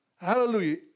Hallelujah